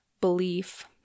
belief